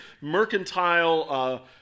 mercantile